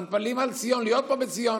אנחנו מתפללים על ציון, להיות פה בציון.